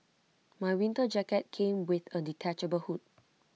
my winter jacket came with A detachable hood